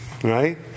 Right